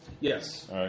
Yes